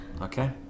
Okay